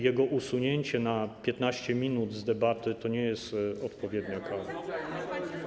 Jego usunięcie na 15 minut z debaty to nie jest odpowiednia kara.